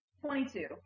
Twenty-two